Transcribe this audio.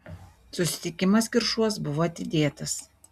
susitikimas kiršuos buvo atidėtas